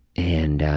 and